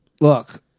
look